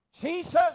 Jesus